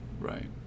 Right